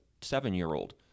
seven-year-old